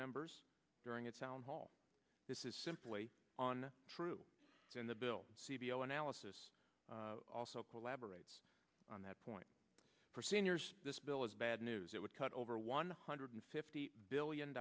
members during a town hall this is simply on true in the bill c d o analysis also collaborates on that point for seniors this bill is bad news it would cut over one hundred fifty billion